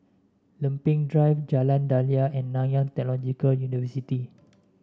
Lempeng Drive Jalan Daliah and Nanyang Technological University